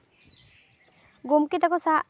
ᱜᱚᱢᱠᱮ ᱛᱟᱠᱚ ᱥᱟᱶ